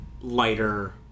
lighter